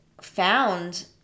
found